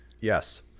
yes